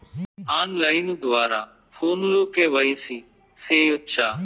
on line ద్వారా ఫోనులో KYC సేయొచ్చా